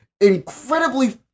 incredibly